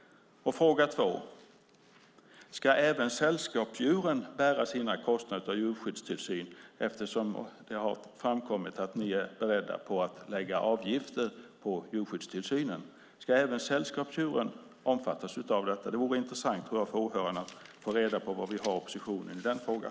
Fråga 2: Ska även sällskapsdjuren bära sina kostnader för djurskyddstillsynen? Det har ju framkommit att ni är beredda att lägga avgifter på djurskyddstillsynen. Ska även sällskapsdjuren omfattas av detta? Det vore intressant för åhörarna att få reda på var vi har oppositionen i den frågan.